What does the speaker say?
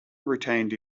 retained